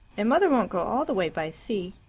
and mother won't go all the way by sea.